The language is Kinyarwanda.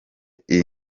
iyi